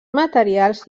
materials